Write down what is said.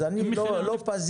אז אני לא פזיז.